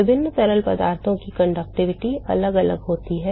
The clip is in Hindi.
विभिन्न तरल पदार्थों की चालकता अलग अलग होती है